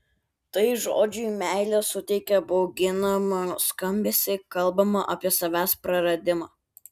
tai žodžiui meilė suteikia bauginamą skambesį kalbama apie savęs praradimą